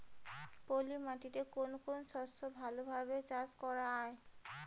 পলি মাটিতে কোন কোন শস্য ভালোভাবে চাষ করা য়ায়?